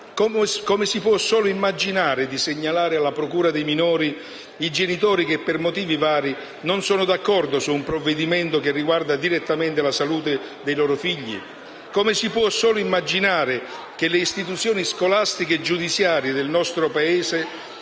come si può solo immaginare di segnalare alla procura dei minori genitori che, per motivi vari, non sono d'accordo su un provvedimento che riguarda direttamente la salute dei loro figli? Come si può solo immaginare che le istituzioni scolastiche e giudiziarie del nostro Paese